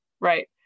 right